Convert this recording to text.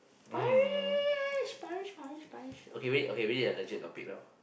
Parish Parish Parish Parish okay we need okay we need a legit topic now